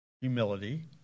humility